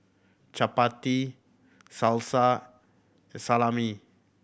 Chapati Salsa Salami